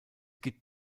gibt